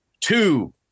two